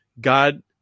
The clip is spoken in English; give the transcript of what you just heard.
God